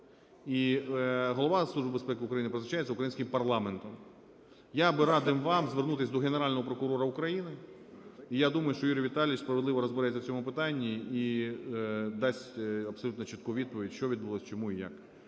України призначається українським парламентом. Я би радив вам звернутися до Генерального прокурора України, і я думаю, що Юрій Віталійович справедливо розбереться в цьому питанні і дасть абсолютно чітку відповідь, що відбулося, чому і як.